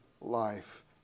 life